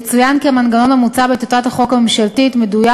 יצוין כי המנגנון המוצע בטיוטת החוק הממשלתית מדויק